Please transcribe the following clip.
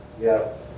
Yes